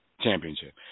Championship